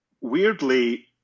Weirdly